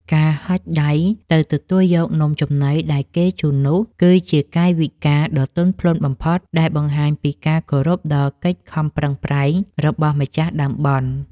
ការហុចដៃទៅទទួលយកនំចំណីដែលគេជូននោះ គឺជាកាយវិការដ៏ទន់ភ្លន់បំផុតដែលបង្ហាញពីការគោរពដល់កិច្ចខំប្រឹងប្រែងរបស់ម្ចាស់ដើមបុណ្យ។